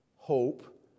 Hope